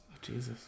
Jesus